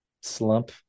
slump